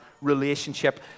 relationship